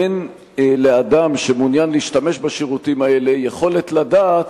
אין לאדם שמעוניין להשתמש בשירותים האלה יכולת לדעת